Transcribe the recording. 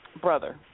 brother